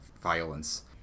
violence